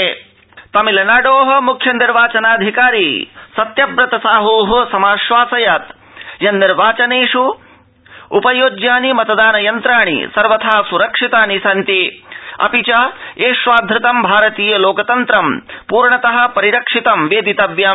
तमिलनाड़ मतदानयन्त्राणि तमिनाडो मुख्यनिर्वाचनाधिकारी सत्यव्रत साहू समाश्वासयत् यन्निर्वाचनेषु उपयोज्यानि मतदानयन्त्राणि सर्वथा सुरक्षितानि सन्तिअपि च एष्वाधृतंभारतीय लोकतन्त्रं पूर्णत परिरक्षितं वेदितव्यम्